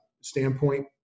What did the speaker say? standpoint